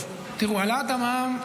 --- העלאת המע"מ,